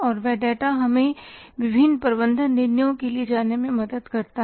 और वह डाटा हमें विभिन्न प्रबंधन निर्णयों के लिए जाने में मदद करता है